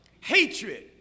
Hatred